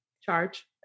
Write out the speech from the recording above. charge